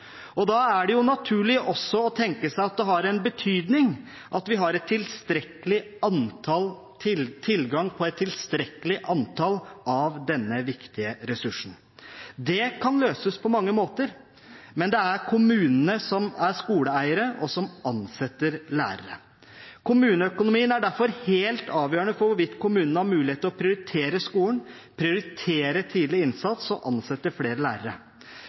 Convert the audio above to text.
Da er det jo naturlig også å tenke seg at det har en betydning at vi har tilgang på et tilstrekkelig antall av denne viktige ressursen. Det kan løses på mange måter, men det er kommunene som er skoleeiere, og som ansetter lærere. Kommuneøkonomien er derfor helt avgjørende for hvorvidt kommunene har mulighet til å prioritere skolen, prioritere tidlig innsats og ansette flere lærere.